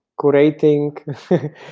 curating